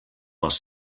les